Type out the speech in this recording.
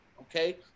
okay